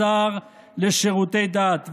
השר לשירותי דת,